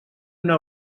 una